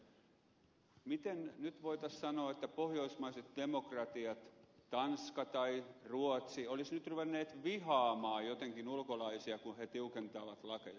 tiusaselle niin miten nyt voitaisiin sanoa että pohjoismaiset demokratiat tanska tai ruotsi olisivat nyt ruvenneet vihaamaan jotenkin ulkolaisia kun ne tiukentavat lakeja